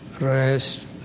rest